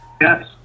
Yes